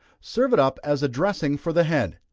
serve it up as a dressing for the head.